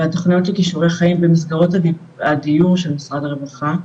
והתוכניות לכישורי חיים במסגרות הדיור של משרד הרווחה,